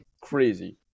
crazy